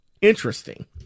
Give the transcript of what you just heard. Interesting